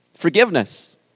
forgiveness